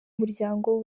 umuryango